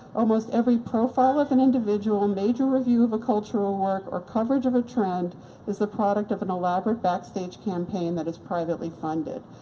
almost every profile of an individual, major review of a cultural work, or coverage of a trend is the product of an elaborate backstage campaign that is privately funded.